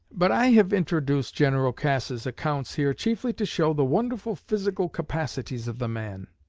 but i have introduced general cass's accounts here chiefly to show the wonderful physical capacities of the man.